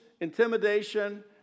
intimidation